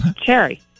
cherry